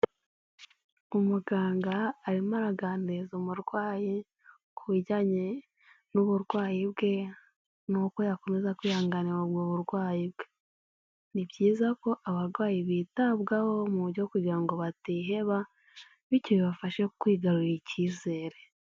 Umuganga arimo araganiriza umurwayi ku bijyanye n'uburwayi bwe n'uko yakomeza kwihanganira ubwo burwayi bwe, ni byiza ko abarwayi bitabwaho mu buryo bwo kugira ngo batiheba bityo bibafashe kwigarurira icyizere.